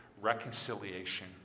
reconciliation